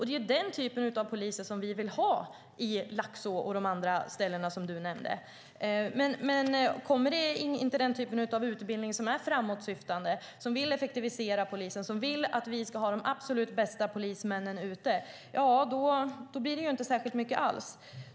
Det är den typen av poliser vi vill ha i Laxå och på de andra ställena som Roger Haddad nämnde. Om det inte kommer den typen av framåtsyftande utbildning som vill effektivisera polisen, som vill att vi ska ha de absolut bästa poliserna ute, då blir det inte särskilt mycket över huvud taget.